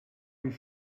his